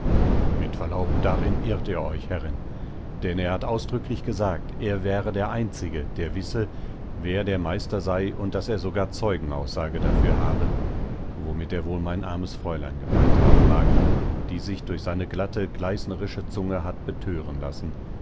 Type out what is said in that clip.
mit verlaub darin irrt ihr euch herrin denn er hat ausdrücklich gesagt er wäre der einzige der wisse wer der meister sei und daß er sogar zeugenaussage dafür habe womit er wohl mein armes fräulein gemeint haben mag die sich durch seine glatte gleißnerische zunge hat betören lassen